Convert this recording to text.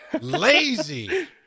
lazy